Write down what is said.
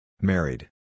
Married